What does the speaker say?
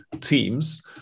teams